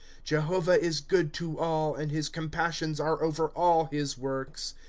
jehovah is good to all, and his compassions are over all his works.